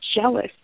jealous